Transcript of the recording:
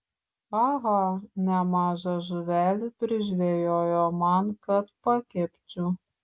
aha nemaža žuvelių prižvejojo man kad pakepčiau